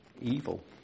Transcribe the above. evil